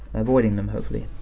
avoiding them hopefully.